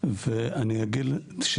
ואני אגיד,